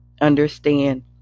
understand